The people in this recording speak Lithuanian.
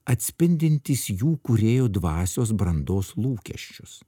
atspindintys jų kūrėjo dvasios brandos lūkesčius